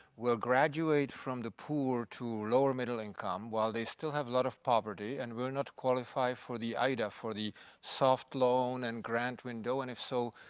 will graduate from the poor to lower middle income while they still have a lot of poverty and will not qualify for the ida, for the soft loan and grant window, and if so,